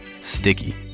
Sticky